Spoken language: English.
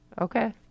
Okay